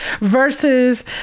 versus